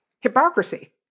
hypocrisy